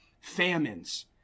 famines